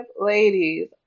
Ladies